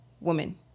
woman